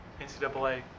NCAA